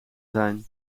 zijn